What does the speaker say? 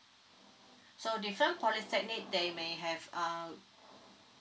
so different polytechnic they may have uh